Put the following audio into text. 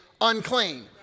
unclean